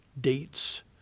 dates